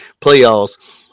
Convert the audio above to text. playoffs